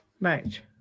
Right